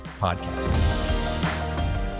podcast